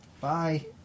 Bye